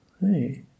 Hey